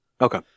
Okay